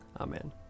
Amen